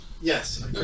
Yes